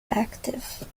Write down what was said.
active